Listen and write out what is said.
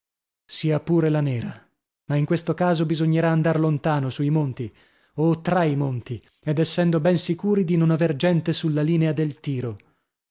sia pure la nera ma in questo caso bisognerà andar lontano sui monti o tra i monti ed essendo ben sicuri di non aver gente sulla linea del tiro